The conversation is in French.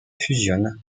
fusionnent